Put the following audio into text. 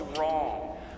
wrong